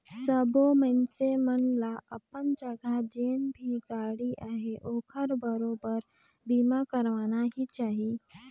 सबो मइनसे मन ल अपन जघा जेन भी गाड़ी अहे ओखर बरोबर बीमा करवाना ही चाही